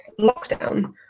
lockdown